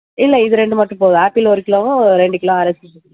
இல்லை இது ரெண்டு மட்டும் போதும் ஆப்பிள் ஒரு கிலோவும் ரெண்டு கிலோ ஆரஞ்சும்